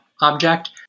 object